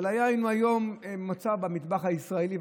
אבל היין הוא היום מוצר במטבח הישראלי,